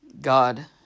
God